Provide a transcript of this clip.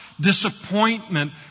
disappointment